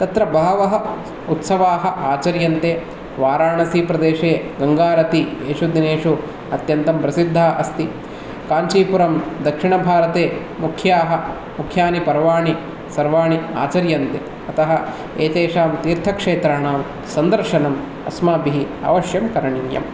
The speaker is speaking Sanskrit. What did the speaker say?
तत्र बहवः उत्सवाः आचर्यन्ते वाराणसीप्रदेशे गङ्गारति एषु दिनेषु अत्यन्तं प्रसिद्धा अस्ति काञ्चीपुरं दक्षिणभारते मुख्याः मुख्यानि पर्वाणि सर्वाणि आचर्यन्ते अतः एतेषां तीर्थक्षेत्राणां सन्दर्शनम् अस्माभिः अवश्यं करणीयम्